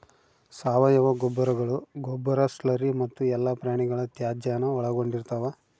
ಸಾವಯವ ಗೊಬ್ಬರಗಳು ಗೊಬ್ಬರ ಸ್ಲರಿ ಮತ್ತು ಎಲ್ಲಾ ಪ್ರಾಣಿಗಳ ತ್ಯಾಜ್ಯಾನ ಒಳಗೊಂಡಿರ್ತವ